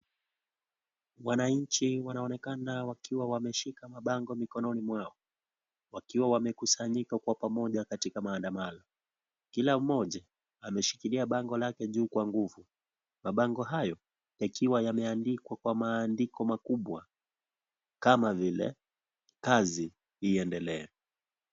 Wananchi wanaonekana wakiwa wameshika mabango mikononi mwao wakiwa wamekusanyika pamoja katika maandamano kila mmoja ameshikilia bango lake juu kwa nguvu mabango hayo yakiwa yameandikwa kwa maandiko makubwa kama vile kazi iendelee.